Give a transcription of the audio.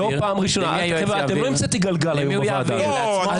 לא המצאתם את הגלגל היום בוועדה הזאת.